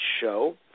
show